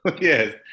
Yes